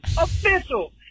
official